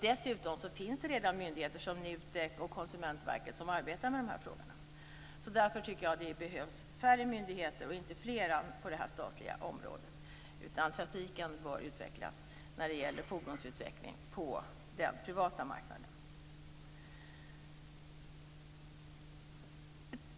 Dessutom finns det redan myndigheter, som NUTEK och Konsumentverket, som arbetar med de här frågorna. Därför behövs det färre myndigheter och inte fler på det statliga området, utan fordonsutvecklingen bör ske på den privata marknaden.